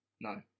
no